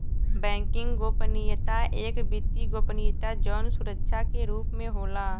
banking गोपनीयता एक वित्तीय गोपनीयता जौन सुरक्षा के रूप में होला